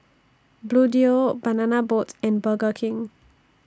Bluedio Banana Boat and Burger King